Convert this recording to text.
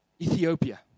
Ethiopia